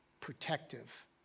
protective